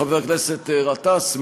חבר הכנסת גטאס,